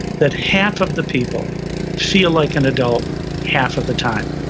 that half of the people feel like an adult half of the time.